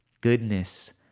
goodness